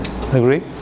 Agree